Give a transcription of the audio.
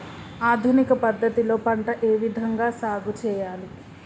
ఆధునిక పద్ధతి లో పంట ఏ విధంగా సాగు చేయాలి?